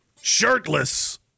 Shirtless